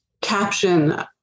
caption